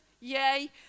yay